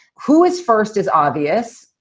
who is first is obvious,